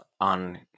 on